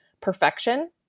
perfection